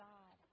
God